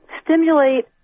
stimulate